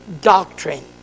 doctrine